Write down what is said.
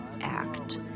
Act